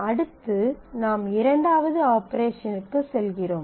அடுத்து நாம் இரண்டாவது ஆபரேஷனிற்குச் செல்கிறோம்